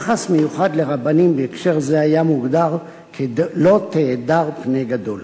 יחס מיוחד לרבנים בהקשר זה היה מוגדר כ"לא תהדר פני גדול"